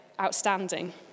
outstanding